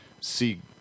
see